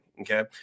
Okay